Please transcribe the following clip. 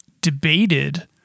debated